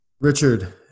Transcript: Richard